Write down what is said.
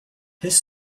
his